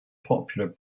popular